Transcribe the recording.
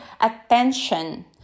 attention